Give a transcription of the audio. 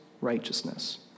righteousness